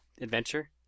Adventure